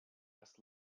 erst